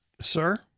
sir